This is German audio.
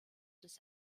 des